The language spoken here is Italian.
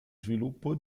sviluppo